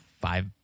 five